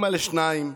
אימא לשניים,